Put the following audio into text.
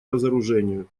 разоружению